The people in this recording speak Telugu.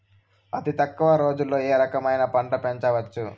అతి తక్కువ రోజుల్లో ఏ రకమైన పంట పెంచవచ్చు?